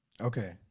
Okay